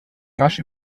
rasch